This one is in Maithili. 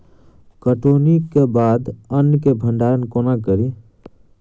कटौनीक बाद अन्न केँ भंडारण कोना करी?